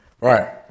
Right